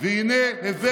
והינה הבאתם אותו.